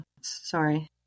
Sorry